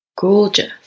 Gorgeous